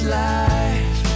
life